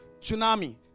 Tsunami